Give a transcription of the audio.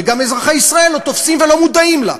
וגם אזרחי ישראל לא תופסים אותה ולא מודעים לה,